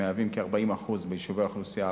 מהוות כ-40% ביישובי האוכלוסייה הערבית,